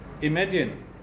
Imagine